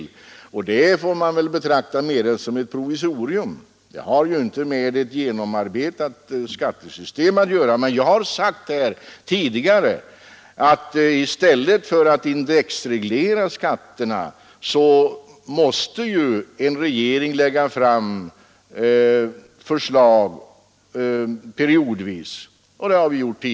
Det resultat som kan komma av detta får man betrakta mera som ett provisorium; det har inte med ett genomarbetat skattesystem att göra. Jag har sagt här tidigare att i stället för att indexreglera skatterna måste en regering periodvis lägga fram förslag om ändringar, och det har vi gjort.